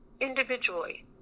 individually